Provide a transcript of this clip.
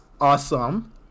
awesome